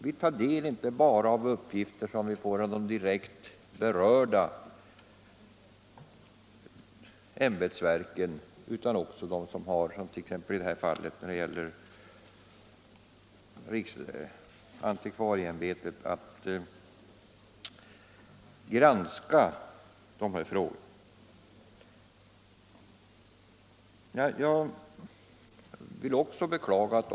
Vi tar del av uppgifter inte bara från de direkt berörda ämbetsverken utan också — som i det här fallet — från riksantikvarieämbetet som har att granska dessa frågor.